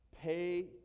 Pay